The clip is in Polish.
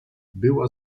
była